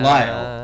Lyle